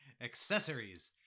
Accessories